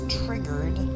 triggered